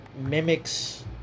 mimics